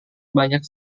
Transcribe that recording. banyak